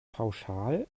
pauschal